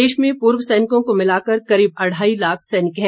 प्रदेश में पूर्व सैनिकों को मिलाकर करीब अढ़ाई लाख सैनिक हैं